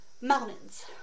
mountains